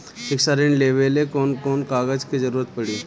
शिक्षा ऋण लेवेला कौन कौन कागज के जरुरत पड़ी?